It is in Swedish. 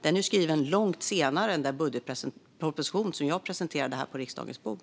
Den är ju skriven långt senare än den budgetproposition som jag lade på riksdagens bord.